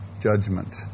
judgment